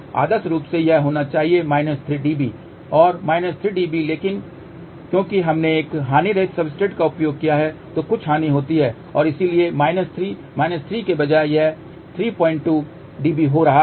आदर्श रूप से यह होना चाहिए 3 dB और 3 dB लेकिन क्योंकि हमने एक हानिरहित सब्सट्रेट का उपयोग किया है तो कुछ हानि होती है और इसीलिए 3 3 के बजाय यह 32 dB हो रहा है